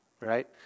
right